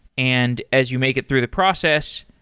and as you make it through the process,